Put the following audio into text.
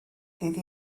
ddydd